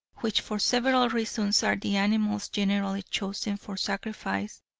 which for several reasons are the animals generally chosen for sacrifice,